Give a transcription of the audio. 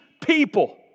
people